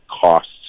costs